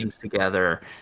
together